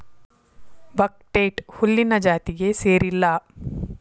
buckwheat ಹುಲ್ಲಿನ ಜಾತಿಗೆ ಸೇರಿಲ್ಲಾ